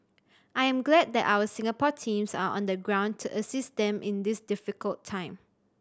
I am glad that our Singapore teams are on the ground to assist them in this difficult time